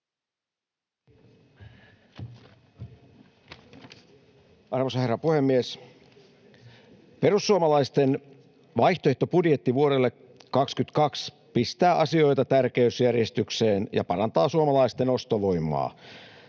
Arvoisa herra puhemies! Perussuomalaisten vaihtoehtobudjetti vuodelle 22 pistää asioita tärkeysjärjestykseen ja parantaa suomalaisten ostovoimaa.